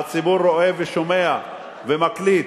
והציבור רואה ושומע ומקליט.